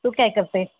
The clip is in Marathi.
तू काय करत आहे